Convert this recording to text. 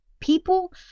People